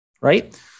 right